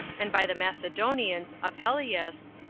and by the macedonians apelleus,